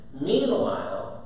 Meanwhile